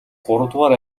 гуравдугаар